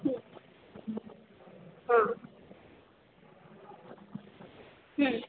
ಹ್ಞೂ ಹಾಂ ಹ್ಞೂ